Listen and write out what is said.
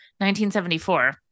1974